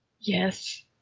yes